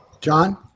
John